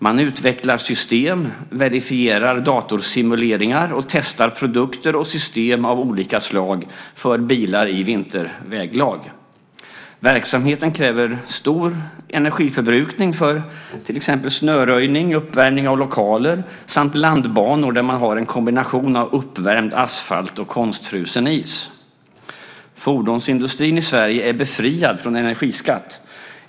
Man utvecklar system, verifierar datorsimuleringar och testar produkter och system av olika slag för bilar i vinterväglag. Verksamheten förbrukar mycket energi för till exempel snöröjning, uppvärmning av lokaler samt landbanor med en kombination av uppvärmd asfalt och konstfrusen is. Fordonsindustrin i Sverige är befriad från energiskatt.